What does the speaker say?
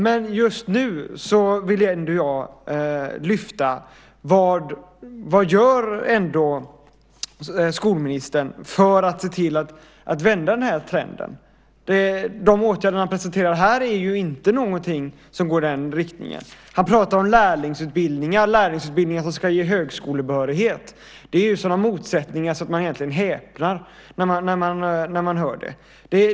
Men just nu vill jag ändå fråga: Vad gör skolministern för att se till att vända trenden? De åtgärder som han presenterade här är inte någonting som går i den riktningen. Han pratar om lärlingsutbildningar som ska ge högskolebehörighet. Det är sådana motsättningar att man häpnar när man hör det.